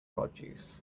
produce